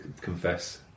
confess